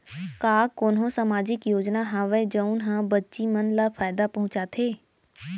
का कोनहो सामाजिक योजना हावय जऊन हा बच्ची मन ला फायेदा पहुचाथे?